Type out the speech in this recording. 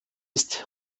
ist